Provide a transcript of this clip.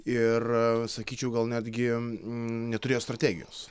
ir sakyčiau gal netgi neturėjo strategijos